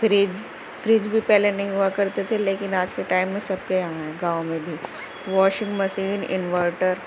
fridge fridge بھی پہلے نہیں ہوا کرتی تھی لیکن آج کے ٹائم میں سب کے یہاں ہے گاؤں میں بھی واشنگ مشین انورٹر